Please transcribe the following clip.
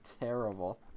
terrible